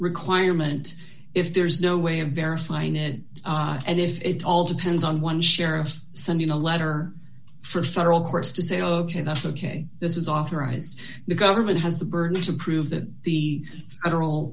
requirement if there's no way of verifying it and if it all depends on one sheriff's sending a letter for federal courts to say ok that's ok this is authorized the government has the burden to prove that the federal